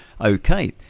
Okay